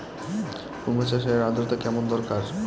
কুমড়ো চাষের আর্দ্রতা কেমন দরকার?